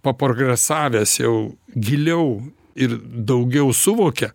paprogresavęs jau giliau ir daugiau suvokia